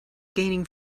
gaining